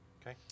Okay